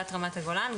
בת רמת הגולן,